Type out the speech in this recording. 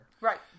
Right